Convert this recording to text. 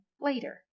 later